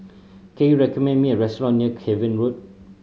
can you recommend me a restaurant near Cavan Road